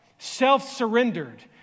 self-surrendered